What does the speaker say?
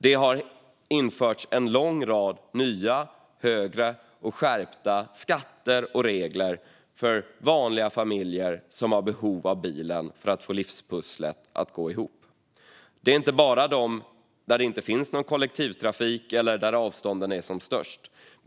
Det har införts en lång rad nya, högre och skärpta skatter och regler för vanliga familjer som har behov av bilen för att få livspusslet att gå ihop. Det gäller inte bara dem som bor där det inte finns någon kollektivtrafik eller där avstånden är som störst.